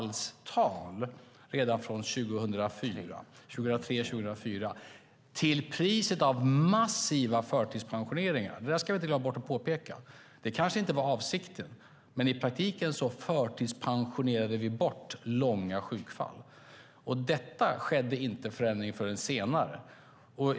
Det skedde redan från 2003-2004 men till priset av massiva förtidspensioneringar. Vi ska inte glömma bort att påpeka det. Det kanske inte var avsikten, men i praktiken förtidspensionerade vi bort långa sjukfall. Det skedde inte förrän senare.